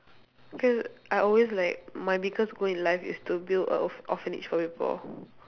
cause I always like my biggest goal in life is to build a orph~ orphanage for people